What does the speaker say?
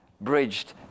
bridged